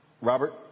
Robert